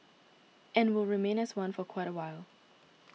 and will remain as one for quite a while